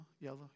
yellow